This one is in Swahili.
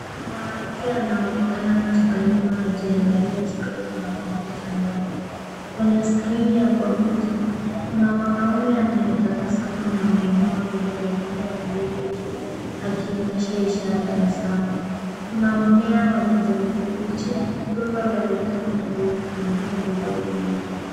Mwanamke anaonekana kutoka nyuma akiangalia skrini ya kompyuta ndogo ,kwenye skrini ya kompyuta kuna mwanaume anayetabasamu na ameinua vidole gumba viwili juu akionyesha ishara ya sawa, kuna mmea wa kijani kibichi rundo la vitabu na vitu vingine vidogo.